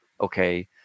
Okay